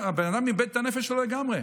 איבד את הנפש שלו לגמרי.